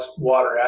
water